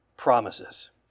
promises